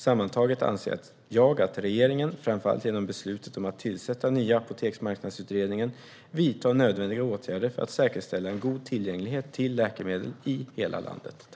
Sammantaget anser jag att regeringen, framför allt genom beslutet att tillsätta Nya apoteksmarknadsutredningen, vidtar nödvändiga åtgärder för att säkerställa en god tillgänglighet till läkemedel i hela landet.